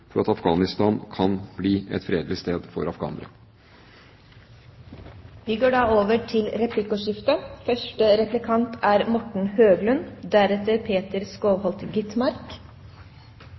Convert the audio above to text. for at Afghanistan kan bli et fredelig sted for